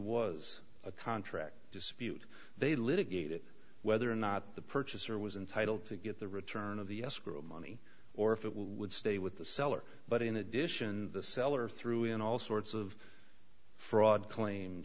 was a contract dispute they litigated whether or not the purchaser was entitle to get the return of the escrow money or if it will would stay with the seller but in addition the seller through in all sorts of fraud claims